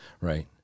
right